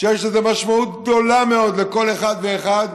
שיש לזה משמעות גדולה מאוד לכל אחד ואחד,